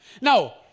Now